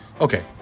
Okay